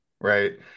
right